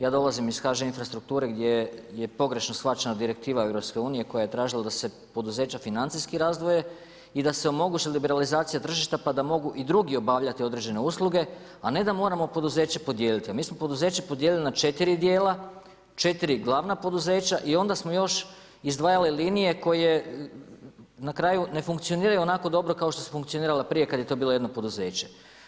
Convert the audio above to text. Ja dolazim iz HŽ Infrastrukture gdje je pogrešno shvaćena direktiva EU koja je tražila da se poduzeća financijski razdvoje i da se omogući liberalizacija tržišta pa da mogu i drugi obavljati određene usluge, a ne da moramo poduzeće podijeliti jel mi smo poduzeće podijelili na četiri dijela, četiri glavna poduzeća i onda smo još izdvajali linije koje na kraju ne funkcioniraju onako dobro kao što su funkcionirale prije kada je bilo to jedno poduzeće.